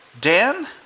Dan